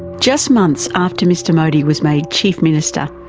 just months after mr modi was made chief minister,